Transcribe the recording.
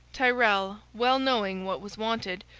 tyrrel, well knowing what was wanted,